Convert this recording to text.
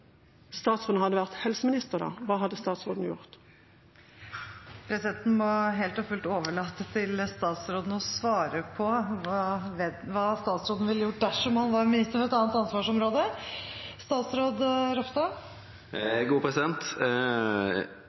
statsråden hadde vært helseminister, hva hadde statsråden gjort? Presidenten må helt og fullt overlate til statsråden å avgjøre om han vil svare på hva han ville gjort dersom han var minister for et annet ansvarsområde. Statsråd Ropstad!